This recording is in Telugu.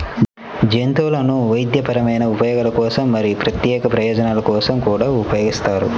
జంతువులను వైద్యపరమైన ఉపయోగాల కోసం మరియు ప్రత్యేక ప్రయోజనాల కోసం కూడా ఉపయోగిస్తారు